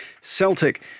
Celtic